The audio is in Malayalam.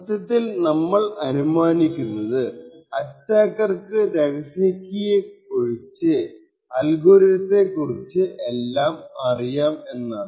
സത്യത്തിൽ നമ്മളെ അനുമാനിക്കുന്നത് അറ്റാക്കർക്കു രഹസ്യ കീ ഒഴിച്ച് അൽഗോരിതത്തെ കുറിച്ച എല്ലാം അറിയാം എന്നാണ്